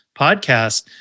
podcast